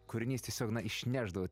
kūrinys tiesiog na išnešdavo